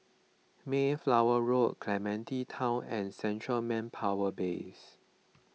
Mayflower Road Clementi Town and Central Manpower Base